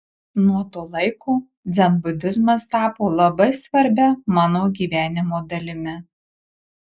nuo to laiko dzenbudizmas tapo labai svarbia mano gyvenimo dalimi